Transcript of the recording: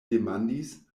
demandis